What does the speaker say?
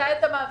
מתי אתה מעביר?